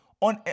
On